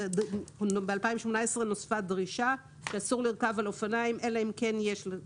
ב-2018 נוספה דרישה שאסור לרכב על אופניים אלא אם כן או